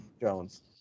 jones